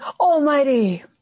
Almighty